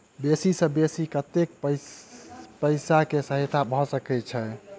बेसी सऽ बेसी कतै पैसा केँ सहायता भऽ सकय छै?